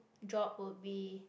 job will be